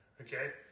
Okay